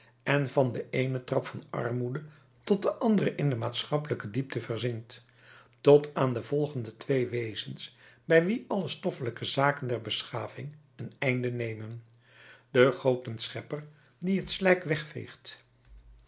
en van den eenen trap van armoede tot den anderen in de maatschappelijke diepte verzinkt tot aan de volgende twee wezens bij wie alle stoffelijke zaken der beschaving een einde nemen den gotenschepper die het slijk wegveegt